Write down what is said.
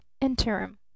interim